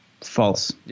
False